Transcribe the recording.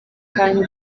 kandi